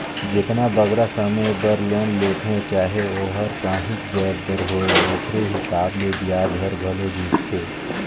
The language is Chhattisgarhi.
जेतना बगरा समे बर लोन लेथें चाहे ओहर काहींच जाएत बर होए ओकरे हिसाब ले बियाज हर घलो जुड़थे